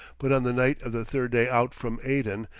but on the night of the third day out from aden,